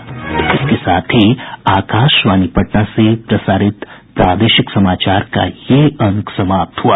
इसके साथ ही आकाशवाणी पटना से प्रसारित प्रादेशिक समाचार का ये अंक समाप्त हुआ